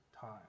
time